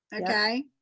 okay